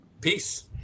Peace